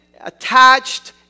attached